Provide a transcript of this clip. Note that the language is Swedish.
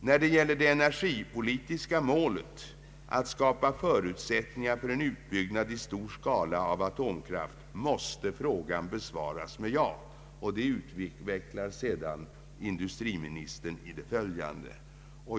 När det gäller det energipolitiska målet att skapa förutsättningar för en utbyggnad i stor skala av atomkraft måste frågan besvaras med ja.” Detta utvecklar sedan industriministern i det följande.